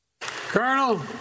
Colonel